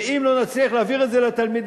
ואם לא נצליח להעביר את זה לתלמידים,